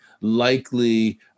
likely